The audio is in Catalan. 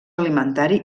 alimentari